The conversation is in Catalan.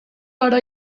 però